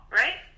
right